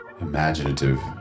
imaginative